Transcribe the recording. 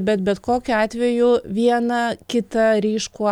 bet bet kokiu atveju viena kita ryškų